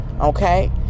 okay